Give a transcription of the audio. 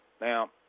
Now